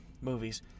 Movies